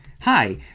Hi